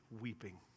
weeping